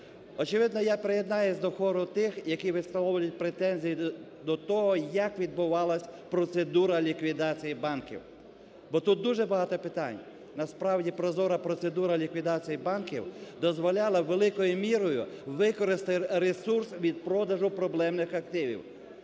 Очевидно, я приєднаюсь до хору тих, які висловлюють претензії до того, як відбувалася процедура ліквідації банків, бо тут дуже багато питань. Насправді прозора процедура ліквідації банків дозволяла, великою мірою, використати ресурс від продажу проблемних активів